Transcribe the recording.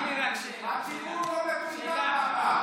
רק שאלה, שאלה.